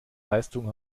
leistung